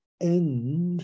end